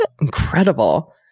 incredible